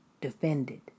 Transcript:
defended